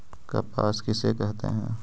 कपास किसे कहते हैं?